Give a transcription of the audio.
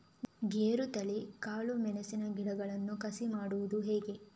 ಗೇರುತಳಿ, ಕಾಳು ಮೆಣಸಿನ ಗಿಡಗಳನ್ನು ಕಸಿ ಮಾಡುವುದು ಹೇಗೆ?